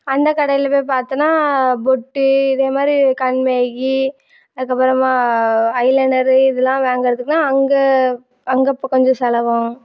அந்த கடையில் போய் பார்த்தனா பொட்டு இதே மாதிரி கண் மை அதுக்கு அப்புறமா ஐலைனரு இதெலாம் வாங்கிறதுக்குலாம் அங்கே அங்கே இப்போ கொஞ்சம் செலவு ஆகும்